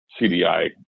CDI